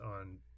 on